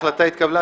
אין ההחלטה התקבלה.